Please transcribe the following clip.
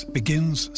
begins